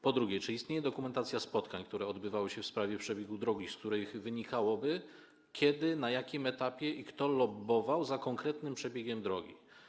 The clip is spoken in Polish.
Po drugie, czy istnieje dokumentacja spotkań, które odbywały się w sprawie przebiegu drogi, z których wynikałoby kiedy, na jakim etapie i kto lobbował za konkretnym przebiegiem drogi?